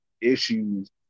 issues